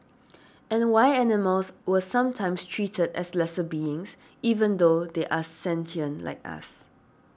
and why animals were sometimes treated as lesser beings even though they are sentient like us